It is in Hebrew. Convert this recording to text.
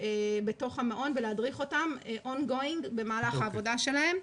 בתוך המעון ולהדריך אותם on going במהלך העבודה שלהן.